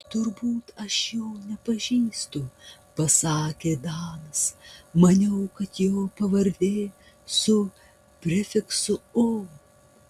turbūt aš jo nepažįstu pasakė danas maniau kad jo pavardė su prefiksu o